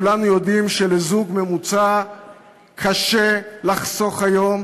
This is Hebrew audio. כולנו יודעים שלזוג ממוצע קשה לחסוך היום